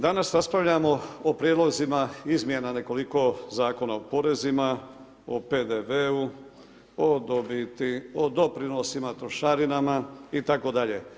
Danas raspravljamo o prijedlozima izmjena nekoliko zakona o porezima, o PDV-u, o dobiti, o doprinosima, trošarinama itd.